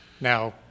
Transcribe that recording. Now